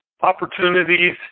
Opportunities